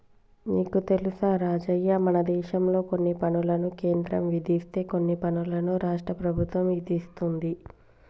నీకు తెలుసా రాజయ్య మనదేశంలో కొన్ని పనులను కేంద్రం విధిస్తే కొన్ని పనులను రాష్ట్ర ప్రభుత్వం ఇదిస్తుంది